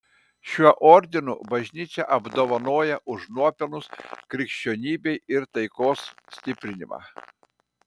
šiuo ordinu bažnyčia apdovanoja už nuopelnus krikščionybei ir taikos stiprinimą